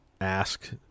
ask